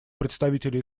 представителя